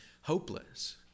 hopeless